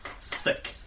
thick